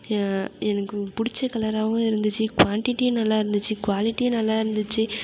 எனக்கு பிடிச்ச கலராகவும் இருந்துச்சு குவான்டிட்டி நல்லா இருந்துச்சு குவாலிட்டி நல்லா இருந்துச்சு